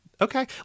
okay